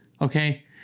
okay